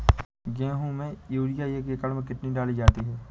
गेहूँ में यूरिया एक एकड़ में कितनी डाली जाती है?